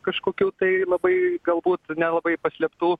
kažkokių tai labai galbūt nelabai paslėptų